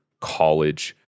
college